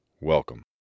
Welcome